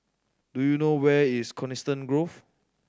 do you know where is Coniston Grove